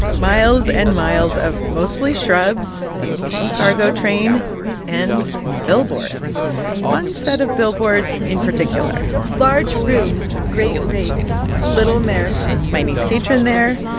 miles and miles of mostly shrubs, the occasional cargo train and billboards one set of billboards in particular large rooms, great rates little america my niece caitrin there.